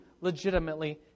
legitimately